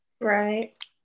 Right